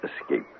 escape